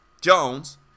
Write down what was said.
Jones